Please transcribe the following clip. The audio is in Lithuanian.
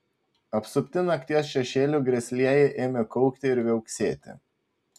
apsupti nakties šešėlių grėslieji ėmė kaukti ir viauksėti